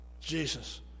Jesus